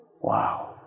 Wow